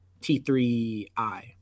T3i